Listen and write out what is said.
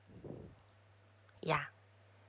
ya